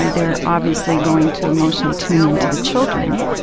ah they are obviously going to emotionally tune in to the children,